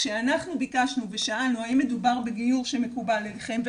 כשאנחנו ביקשנו ושאלנו האם מדובר בגיור שמקובל עליכם?